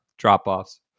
drop-offs